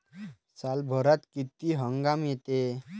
सालभरात किती हंगाम येते?